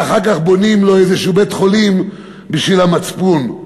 ואחר כך בונים לו איזשהו בית-חולים בשביל המצפון.